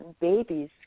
babies